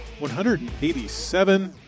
187